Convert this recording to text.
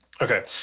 Okay